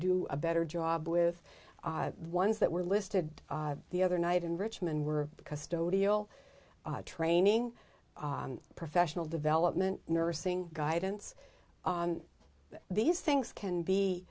do a better job with ones that were listed the other night in richmond were custodial training professional development nursing guidance these things can be